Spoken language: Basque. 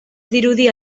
dirudi